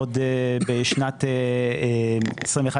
עוד בשנת 22',